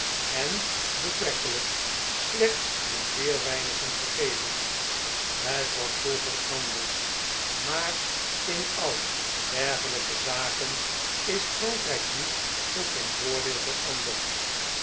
en betrekkelp slechts aan zeer weinigen gegeven het was vroeger anders maar in al dergelykezakenis erankrn'k niet tot zijn voordeel veranderd